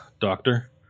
Doctor